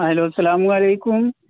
hello سلام علیکم